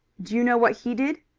do you know what he did?